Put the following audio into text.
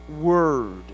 word